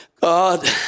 God